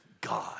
god